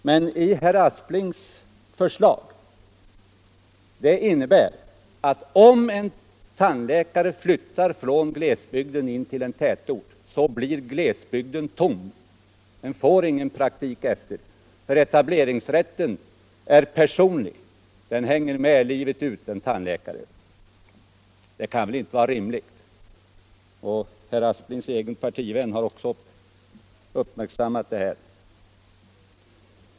Men herr Asplings förslag innebär att en glesbygd blir utan tandläkarpraktik om tandläkaren flyttar från glesbygden till en tätort, eftersom etableringsrätten är personlig; den hänger med en tandläkare livet ut. Det kan väl inte vara rimligt? En av herr Asplings egna partivänner har också uppmärksammat detta.